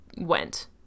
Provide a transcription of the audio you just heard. went